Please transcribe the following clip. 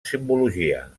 simbologia